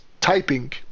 typing